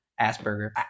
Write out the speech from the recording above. asperger